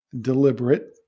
deliberate